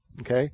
okay